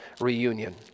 reunion